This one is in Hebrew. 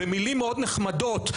במילים מאוד נחמדות,